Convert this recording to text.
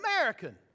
American